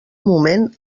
moment